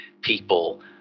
people